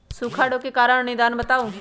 सूखा रोग के कारण और निदान बताऊ?